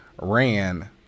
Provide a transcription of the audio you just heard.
ran